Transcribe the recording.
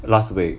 last week